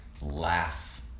laugh